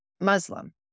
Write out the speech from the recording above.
Muslim